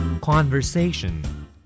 Conversation